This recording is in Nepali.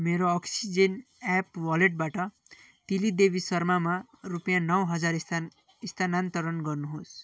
मेरो अक्सिजेन एप वालेटबाट तिली देवी शर्मामा रुपियाँ नौ हजार स्थानान्तरण गर्नुहोस्